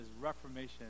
Reformation